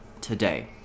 today